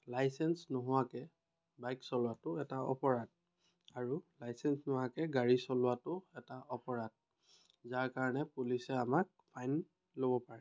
licence নোহোৱাকৈ bike চলোৱাটো এটা অপৰাধ আৰু লাইচেঞ্চ নোহোৱাকৈ গাড়ী চলোৱাটো এটা অপৰাধ যাৰ কাৰণে পুলিচে আমাক ফাইন ল'ব পাৰে